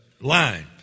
line